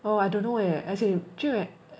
oh I don't know leh as in junwei